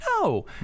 No